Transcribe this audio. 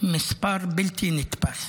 מספר בלתי נתפס.